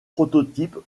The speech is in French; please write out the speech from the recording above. prototype